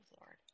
Lord